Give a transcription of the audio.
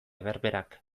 berberak